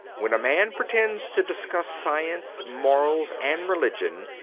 when a man pretends to discuss science, morals, and religion,